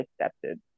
accepted